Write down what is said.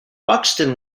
buxton